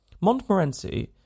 Montmorency